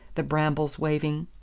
the brambles waving.